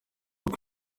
turi